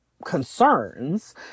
concerns